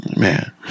Man